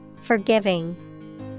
Forgiving